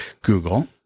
Google